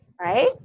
right